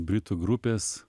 britų grupės